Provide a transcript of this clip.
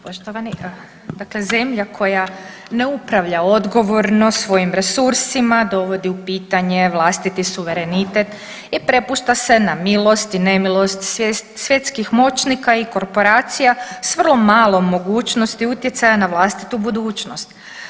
Poštovani, dakle zemlja koja ne upravlja odgovorno svojim resursima dovodi u pitanje vlastiti suverenitet i prepušta se na milost i nemilost svjetskih moćnika i korporacija s vrlo malom mogućnosti utjecaja na vlastitu budućnost.